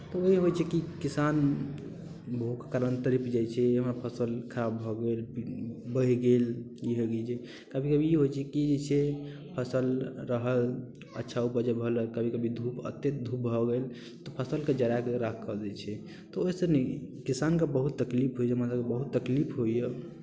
तऽ ई होइ छै कि किसान भूखके कारण तड़पि जाइ छै हमर फसल खराब भऽ गेल बहि गेल ई भऽ गेल कभी कभी ई होइ छै कि जे छै फसल रहल अच्छा उपज भऽ रहल कभी कभी धूप एतेक धूप भऽ गेल तऽ फसलकेँ जरा कऽ राख कऽ दै छै तऽ ओहिसँ नीक किसानकेँ बहुत तकलीफ होइ छै बहुत मतलब जे तकलीफ होइए